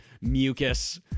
mucus